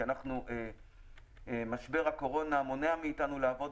כי משבר הקורונה מונע מאיתנו לעבוד